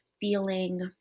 feeling